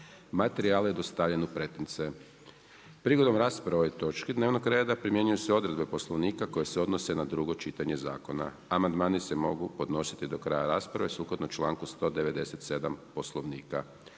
Materijal je dostavljen u pretince. Prigodom rasprave o ovoj točki dnevnog reda primjenjuju se odredbe Poslovnika koje se odnose na prvo čitanje zakona. Raspravu su proveli Odbor za zakonodavstvo i Odbor za